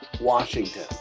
Washington